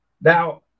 Now